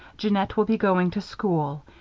jeannette will be going to school.